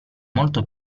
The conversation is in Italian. molto